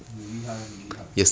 你厉害 lah 你厉害